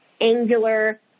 angular